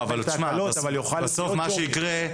--- בסוף מה שיקרה,